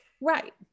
Right